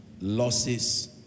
losses